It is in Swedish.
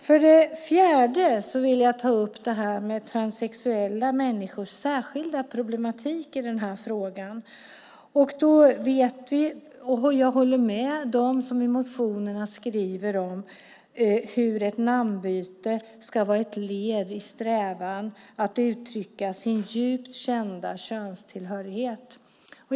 För det fjärde vill jag ta upp detta med transsexuella människors särskilda problematik i den här frågan. Jag håller med dem som i motionerna skriver om hur ett namnbyte ska vara ett led i strävan att uttrycka sin djupt kända könstillhörighet.